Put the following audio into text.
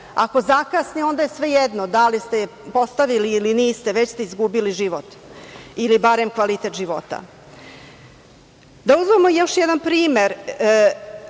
Ako zakasni, onda je svejedno da li ste je postavili ili niste, već ste izgubili život ili barem kvalitet života. Da uzmemo još jedan primer